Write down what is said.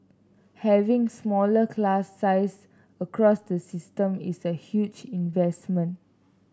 having smaller class sizes across the system is a huge investment